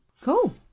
cool